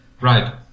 Right